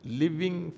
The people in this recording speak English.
living